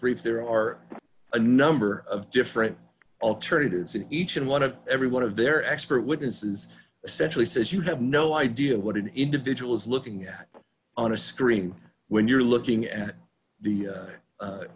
brief there are a number of different alternatives and each and one of every one of their expert witnesses essentially says you have no idea what an individual is looking at on a screen when you're looking at the